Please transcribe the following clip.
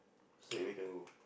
straightaway can go